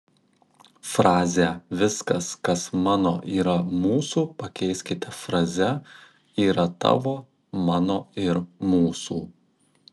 frazę viskas kas mano yra mūsų pakeiskite fraze yra tavo mano ir mūsų